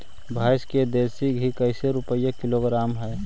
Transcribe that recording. भैंस के देसी घी कैसे रूपये किलोग्राम हई?